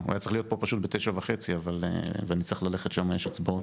הוא היה צריך להיות פה פשוט ב-09:30 ואני צריך ללכת לשם יש הצבעות.